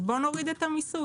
אז בואו נוריד את המיסוי.